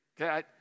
Okay